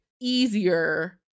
easier